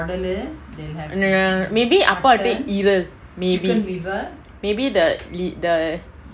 err maybe அப்பா:appa will take ஈரல்:eeral maybe the the